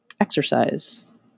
exercise